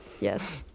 yes